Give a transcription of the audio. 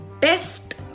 best